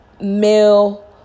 male